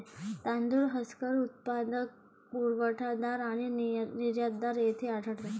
तांदूळ हस्कर उत्पादक, पुरवठादार आणि निर्यातदार येथे आढळतात